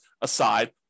aside